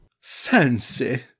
Fancy